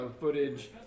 footage